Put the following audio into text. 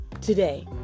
today